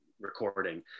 recording